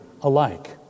alike